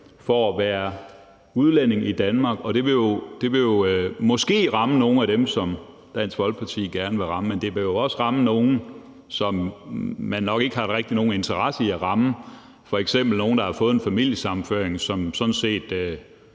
for at være udlænding i Danmark, og det vil måske ramme nogle af dem, Dansk Folkeparti gerne vil ramme, men det vil også ramme nogle, som man nok ikke rigtig har nogen interesse i at ramme, f.eks. nogle, der har fået en familiesammenføring, og som sådan set